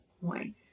point